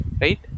right